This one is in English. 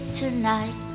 tonight